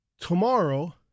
Tomorrow